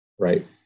Right